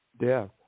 death